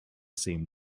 same